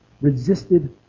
resisted